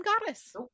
goddess